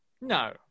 No